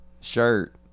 shirt